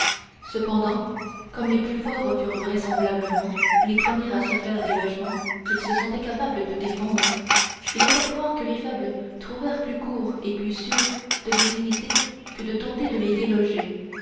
cependant comme les plus forts furent vraisemblablement les premiers à se faire des logements qu'ils se sentaient capables de défendre il est à croire que les faibles trouvèrent plus court et plus sûr de les imiter que de tenter de les déloger